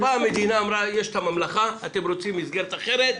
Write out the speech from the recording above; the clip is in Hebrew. המדינה אמרה: יש את הממלכה, אתם רוצים מסגרת אחרת?